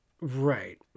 Right